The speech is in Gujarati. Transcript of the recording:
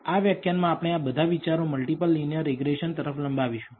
આ વ્યાખ્યાનમાં આપણે આ બધા વિચારો મલ્ટીપલ લિનિયર રીગ્રેસન તરફ લંબાવશું